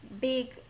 big